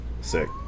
Sick